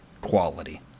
quality